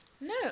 No